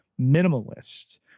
minimalist